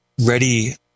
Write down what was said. ready